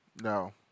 No